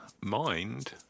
Mind